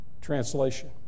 translation